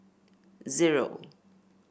zero